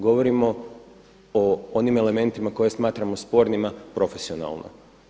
Govorimo o onim elementima koje smatramo spornima profesionalno.